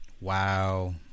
Wow